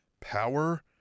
power